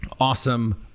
Awesome